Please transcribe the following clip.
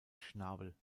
schnabel